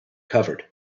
covered